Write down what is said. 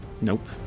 Nope